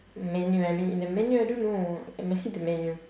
menu I mean in the menu I don't know I must see the menu